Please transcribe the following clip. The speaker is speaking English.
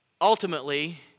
Ultimately